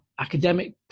academic